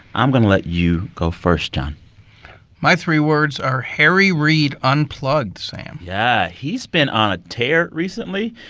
i'm going to let you go first, jon my three words are harry reid unplugged, sam yeah, he's been on a tour recently.